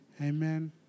Amen